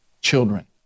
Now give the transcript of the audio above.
Children